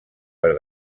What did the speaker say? per